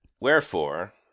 Wherefore